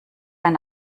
ein